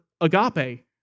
agape